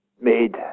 made